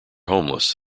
homeless